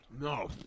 No